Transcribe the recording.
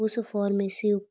ਉਸ ਫੋਰਮੇਸੀ